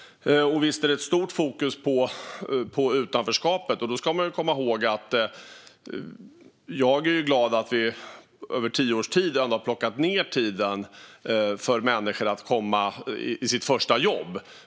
Visst är det ett stort fokus på utanförskapet. Jag är glad att vi efter tio års tid ändå har fått ned den tid det tar för människor att komma i sitt första jobb.